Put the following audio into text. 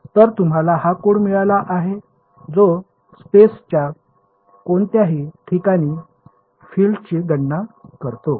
तर तुम्हाला हा कोड मिळाला आहे जो स्पेसच्या कोणत्याही ठिकाणी फिल्डची गणना करतो